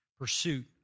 pursuit